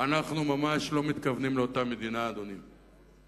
אנחנו ממש לא מתכוונים לאותה מדינה, אדוני.